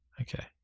Okay